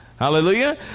Hallelujah